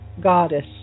goddess